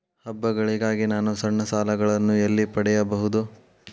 ಹಬ್ಬಗಳಿಗಾಗಿ ನಾನು ಸಣ್ಣ ಸಾಲಗಳನ್ನು ಎಲ್ಲಿ ಪಡೆಯಬಹುದು?